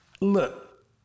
Look